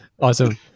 Awesome